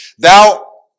Thou